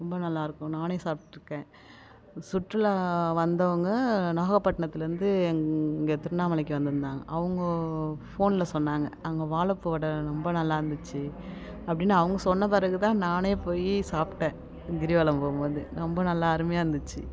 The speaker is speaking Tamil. ரொம்ப நல்லாயிருக்கும் நானே சாப்ட்டுருக்கேன் சுற்றுலா வந்தவங்க நாகப்பட்டினத்துலேருந்து எங்கள் திருவண்ணாமலைக்கு வந்திருந்தாங்க அவங்க ஃபோனில் சொன்னாங்க அங்கே வாழைப்பூ வடை ரொம்ப நல்லாயிருந்துச்சி அப்படினு அவங்க சொன்ன பிறகுதான் நானே போய் சாப்பிட்டேன் கிரிவலம் போகும் போது ரொம்ப நல்லா அருமையாக இருந்துச்சு